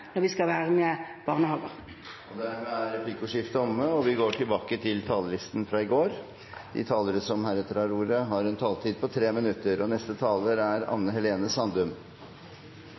når vi skal velge barnehage. Dermed er replikkordskiftet omme. Vi går tilbake til talerlisten fra i går. De talere som heretter får ordet, har en taletid på inntil 3 minutter.